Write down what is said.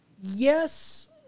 Yes